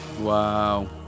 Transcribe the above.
Wow